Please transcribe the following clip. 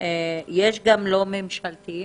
יש גם לא ממשלתיים?